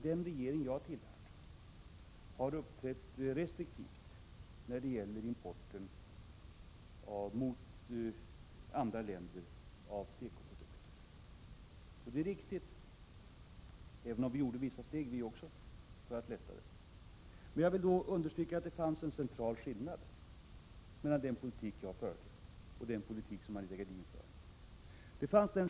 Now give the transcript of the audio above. den regering jag tillhörde, har uppträtt restriktivt mot olika länder när det gäller importen av tekoprodukter. Det är riktigt, även om vi tog steg för att minska restriktionerna. Men jag vill understryka att det finns en central skillnad mellan den politik jag förde och den politik som Anita Gradin för.